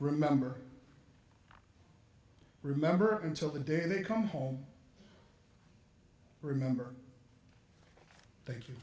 remember remember until the day they come home remember thank you